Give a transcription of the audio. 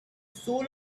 soul